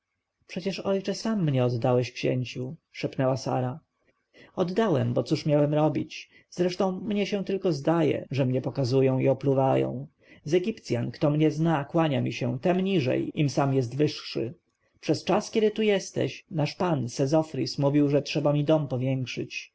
przecież ojcze sam mnie oddałeś księciu szepnęła sara oddałem bo cóż miałem robić zresztą mnie się tylko tak zdaje że mnie pokazują i opluwają z egipcjan kto mnie zna kłania mi się tem niżej im sam jest wyższy przez czas kiedy tu jesteś nasz pan sezofris mówił że trzeba mi dom powiększyć